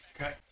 Okay